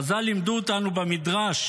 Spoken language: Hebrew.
חז"ל לימדו אותנו במדרש: